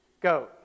Go